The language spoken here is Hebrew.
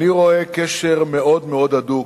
אני רואה קשר מאוד-מאוד הדוק